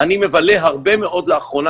ואני מבלה הרבה מאוד לאחרונה,